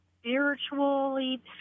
spiritually